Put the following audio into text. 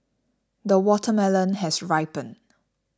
the watermelon has ripened